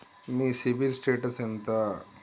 మీ CIBIL status ఎంత?